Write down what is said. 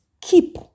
keep